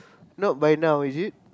not by now is it